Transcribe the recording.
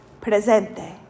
presente